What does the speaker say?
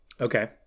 Okay